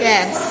Yes